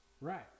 Right